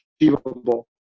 achievable